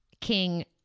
king